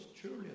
truly